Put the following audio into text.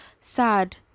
sad